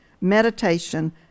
meditation